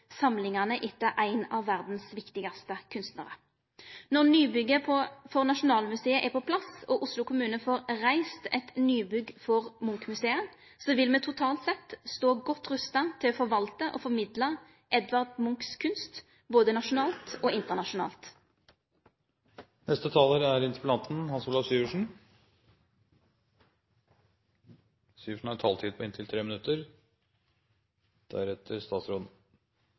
samlingane etter ein av verdas viktigaste kunstnarar. Når nybygget for Nasjonalmuseet er på plass, og Oslo kommune får reist eit nybygg for Munch-museet, vil me totalt sett stå godt rusta til å forvalte og formidle Edvard Munchs kunst både nasjonalt og internasjonalt. Takk for et konstruktivt svar fra statsråden. Når det gjelder potensialet for Munch til å sette både norsk kunst og Norge på kartet, synes jeg statsråden